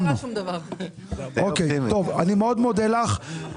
אני מאוד מודה לך.